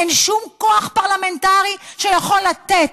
אין שום כוח פרלמנטרי שיכול לתת